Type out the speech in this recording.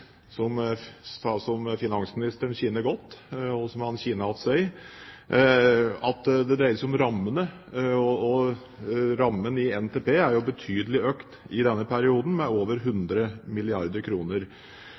som finansministeren kjenner godt, og som han kjenner seg igjen i – at det dreide seg om rammene, og rammen i NTP er jo betydelig økt i denne perioden, med over